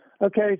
Okay